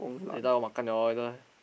they don't want makan order